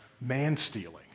man-stealing